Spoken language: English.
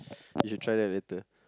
you should try that later